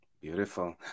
beautiful